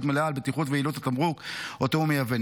מלאה על בטיחות ויעילות התמרוק שהוא מייבא.